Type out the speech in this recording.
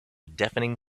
deafening